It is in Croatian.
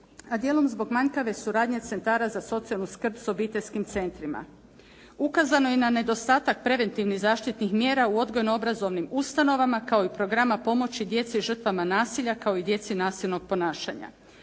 a dijelom zbog manjkave suradnje centara za socijalnu skrb s obiteljskim centrima. Ukazano je na nedostatak preventivnih zaštitnih mjera u odgojno obrazovnim ustanovama kao i programa pomoći djeci žrtvama nasilja kao i djeci nasilnog ponašanja.